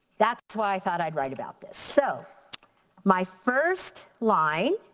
that's why i thought i'd write about this. so my first line